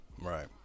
Right